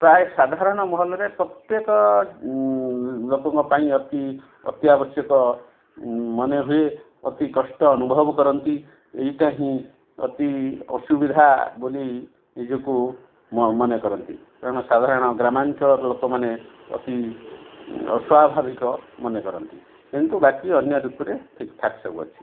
ପ୍ରାୟ ସାଧାରଣ ମହଲରେ ପ୍ରତ୍ୟେକ ଲୋକଙ୍କ ପାଇଁ ଅତି ଅତି ଆବଶ୍ୟକ ମନେହୁଏ ଅତି କଷ୍ଟ ଅନୁଭବ କରନ୍ତି ଏଇଟା ହିଁ ଅତି ଅସୁବିଧା ବୋଲି ନିଜକୁ ମନେ କରନ୍ତି କାରଣ ସାଧାରଣ ଗ୍ରାମାଞ୍ଚଳର ଲୋକମାନେ ଅତି ଅସ୍ୱାଭାବିକ ମନେ କରନ୍ତି କିନ୍ତୁ ବାକି ଅନ୍ୟ ଋତୁରେ ଠିକ୍ଠାକ୍ ସବୁ ଅଛି